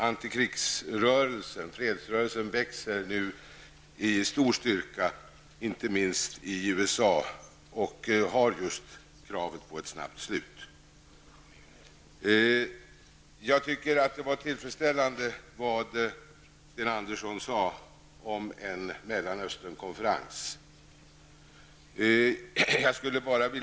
Antikrigsrörelsen, fredsrörelsen, växer nu med stor styrka inte minst i USA, och man kräver just ett snabbt slut på kriget. Det Sten Andersson här sade om en Mellanösternkonferens var tillfredsställande.